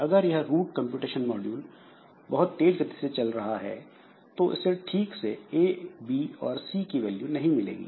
अगर यह root computation module बहुत तेज गति से चल रहा है तो इसे ठीक से ए बी और सी की वैल्यू नहीं मिलेगी